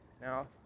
now